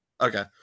Okay